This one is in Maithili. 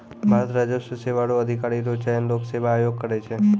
भारतीय राजस्व सेवा रो अधिकारी रो चयन लोक सेवा आयोग करै छै